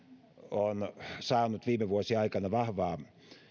on saanut viime vuosien aikana vahvaa